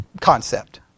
concept